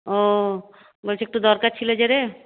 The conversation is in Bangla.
ও বলছি একটু দরকার ছিল যে রে